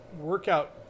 Workout